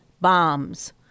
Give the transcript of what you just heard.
bombs